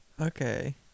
Okay